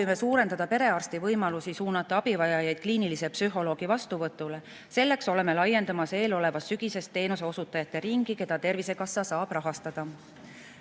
Soovime suurendada perearsti võimalusi, suunata abivajajaid kliinilise psühholoogi vastuvõtule. Selleks oleme eelolevast sügisest laiendamas teenuseosutajate ringi, keda tervisekassa saab rahastada. Head